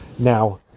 Now